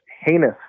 heinous